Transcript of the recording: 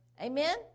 Amen